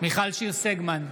מיכל שיר סגמן,